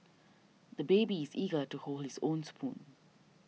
the baby is eager to hold his own spoon